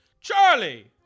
Charlie